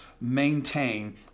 maintain